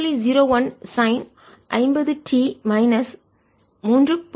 01 sine 50 t minus 3